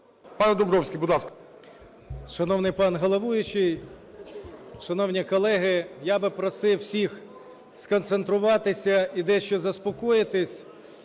Пане Домбровський, будь ласка.